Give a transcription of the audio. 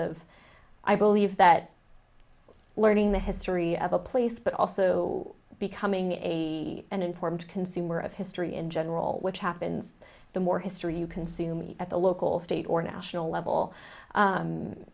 of i believe that learning the history of a place but also becoming a an informed consumer of history in general which happens the more history you consume at the local state or national level